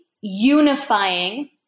unifying